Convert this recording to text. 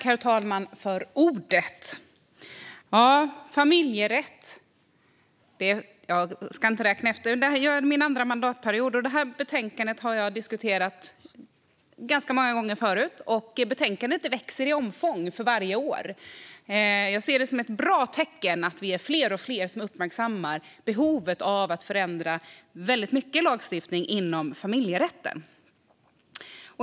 Herr talman! Detta är min andra mandatperiod, och familjerätt har jag diskuterat ganska många gånger förut, och betänkandena växer i omfång för varje år. Jag ser det som ett bra tecken att vi är fler och fler som uppmärksammar behovet av att förändra väldigt mycket lagstiftning inom familjerätten.